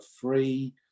free